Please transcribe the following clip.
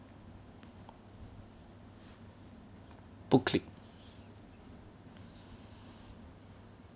不 click